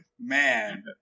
Man